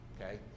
okay